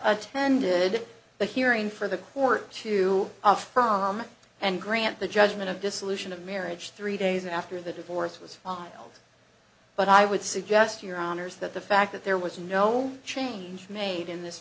attended the hearing for the court to affirm and grant the judgment of dissolution of marriage three days after the divorce was filed but i would suggest your honour's that the fact that there was no change made in this